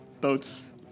boats